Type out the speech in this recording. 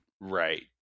right